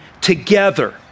together